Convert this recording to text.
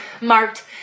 marked